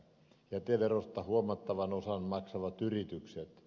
jäteverosta huomattavan osan maksavat yritykset